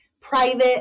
private